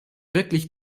wirklich